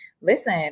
Listen